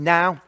Now